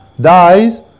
dies